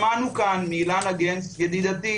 שמענו כאן מאילנה גנס ידידתי,